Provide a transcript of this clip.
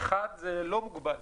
1 זה לא מוגבל.